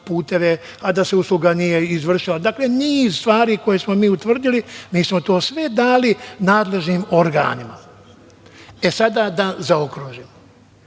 puteve, a da se usluga nije izvršila. Niz stvari koje smo mi utvrdili mi smo to sve dali nadležnim organima. Da zaokružimo.